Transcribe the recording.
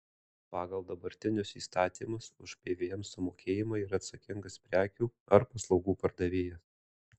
pagal dabartinius įstatymus už pvm sumokėjimą yra atsakingas prekių ar paslaugų pardavėjas